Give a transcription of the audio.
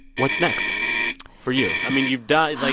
what's next for you? i mean you've done, like